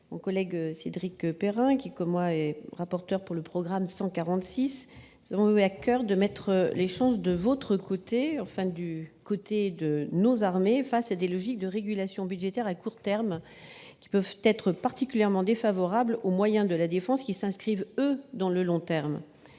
Mon collègue Cédric Perrin, rapporteur comme moi du programme 146, et moi-même avons eu à coeur de mettre les chances de votre côté et du côté de nos armées, face à des logiques de régulation budgétaire à court terme qui peuvent être particulièrement défavorables aux moyens de la défense, lesquels s'inscrivent, eux, dans le long terme.